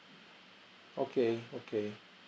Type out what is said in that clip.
okay okay